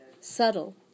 subtle